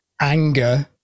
anger